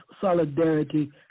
solidarity